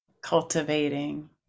cultivating